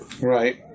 Right